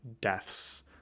deaths